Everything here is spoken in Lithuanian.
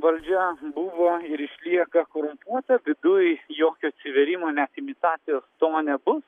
valdžia buvo ir išlieka korumpuota viduj jokio atsivėrimo net imitacijos to nebus